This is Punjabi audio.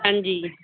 ਹਾਂਜੀ